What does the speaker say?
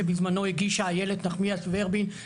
שבזמנו הגישה איילת נחמיאס ורבין,